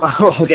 okay